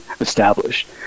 established